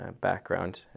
background